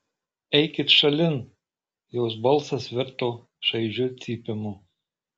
eikit šalin jos balsas virto šaižiu cypimu